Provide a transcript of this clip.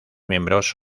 miembros